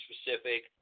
specific